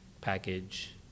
package